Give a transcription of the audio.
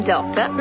Doctor